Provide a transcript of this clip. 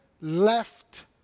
left